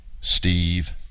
steve